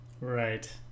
Right